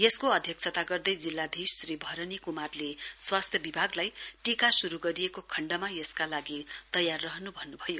यसको अध्यक्षता गर्दै जिल्लाधीश श्री भरनी कुमारले स्वास्थ्य विभागलाई टीका शुरू गरिएको खण्डमा यसका लागि तयार बस्नु भन्नु भयो